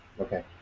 Okay